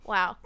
Wow